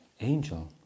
angel